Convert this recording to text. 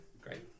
Great